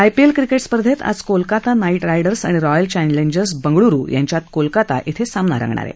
IPL cricket स्पर्धेत आज Kolkata Knight Riders आणि रॉयल चैलेंजर्स बंगळुरु यांच्यात कोलकाता क्वि सामना होणार आहे